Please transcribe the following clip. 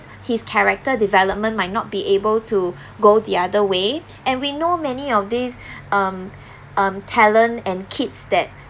his character development might not be able to go the other way and we know many of these um um talent and kids that